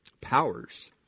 Powers